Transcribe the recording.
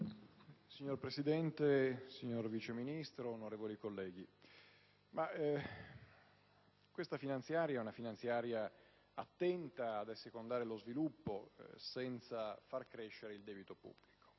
Signor Presidente, signor Vice ministro, onorevoli colleghi, questa finanziaria è attenta ad assecondare lo sviluppo, senza far crescere il debito pubblico.